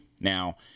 now